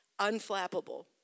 Unflappable